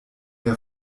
der